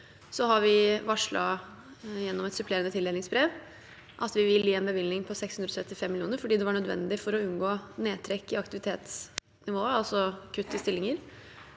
og drap av kvinner lerende tildelingsbrev at vi vil gi en bevilgning på 635 mill. kr, fordi det var nødvendig for å unngå nedtrekk i aktivitetsnivået – altså å kutte stillinger